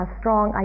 strong